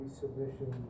submission